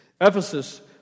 Ephesus